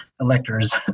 electors